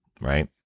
right